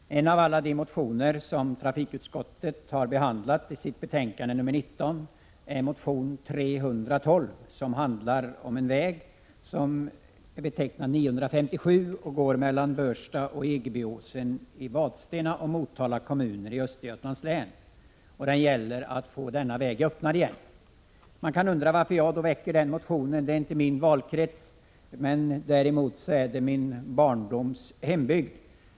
Herr talman! En av alla de motioner som trafikutskottet har behandlat i sitt betänkande nr 19 är motion 312, som handlar om en väg som är betecknad 957 och går mellan Börstad och Egebyåsen i Vadstena och Motala kommuner i Östergötlands län. Det gäller att få denna väg öppnad igen. Man kan undra varför jag väcker den motionen, eftersom det inte är min = Prot. 1986/87:122 valkrets. Däremot är detta min barndoms hembygd.